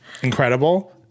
incredible